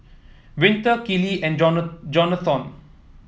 Winter Kellee and Jona Jonathon